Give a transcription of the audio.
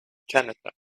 janitor